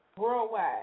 Worldwide